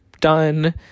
done